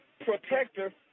protector